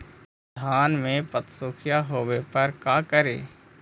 धान मे पत्सुखीया होबे पर का करि?